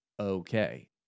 Okay